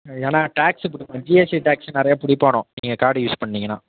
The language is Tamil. ஏன்னா டேக்ஸ்ஸு பிடிப்பாங்க ஜிஎஸ்டி டேக்ஸ் நிறைய பிடிப்பானோ நீங்கள் கார்டு யூஸ் பண்ணிங்கன்னா